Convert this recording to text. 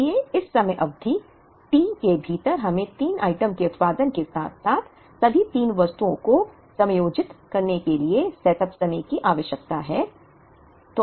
इसलिए इस समय अवधि T के भीतर हमें 3 आइटम के उत्पादन के साथ साथ सभी 3 वस्तुओं को समायोजित करने के लिए सेटअप समय की आवश्यकता है